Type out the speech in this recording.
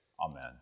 amen